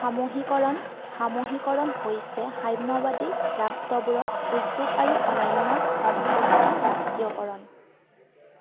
সামূহিকীকৰণ সামূহিকীকৰণ হৈছে সাম্যবাদী ৰাষ্ট্ৰবোৰত উদ্যোগ আৰু অন্যান্য সম্পত্তিৰ ৰাষ্ট্ৰীয়কৰণ